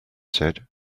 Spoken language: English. said